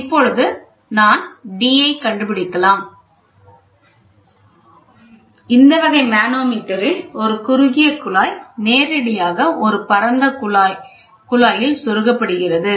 இப்பொழுது நாம் நான் d ஐ கண்டுபிடிக்கலாம் இந்த வகை மனோமீட்டரில் ஒரு குறுகிய குழாய் நேரடியாக ஒரு பரந்த குழாயில் செருகப்படுகிறது